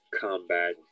combat